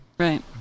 Right